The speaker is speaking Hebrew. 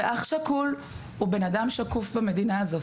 אח שכול הוא בן אדם שקוף במדינה הזאת.